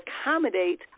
accommodate